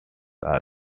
are